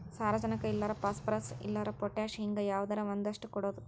ಸಾರಜನಕ ಇಲ್ಲಾರ ಪಾಸ್ಪರಸ್, ಇಲ್ಲಾರ ಪೊಟ್ಯಾಶ ಹಿಂಗ ಯಾವದರ ಒಂದಷ್ಟ ಕೊಡುದು